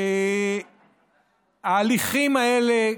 ההליכים האלה,